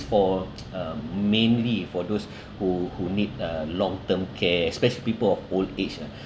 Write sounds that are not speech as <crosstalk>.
for um mainly for those <breath> who who need a long term care especially people old age ah